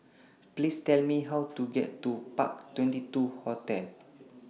Please Tell Me How to get to Park twenty two Hotel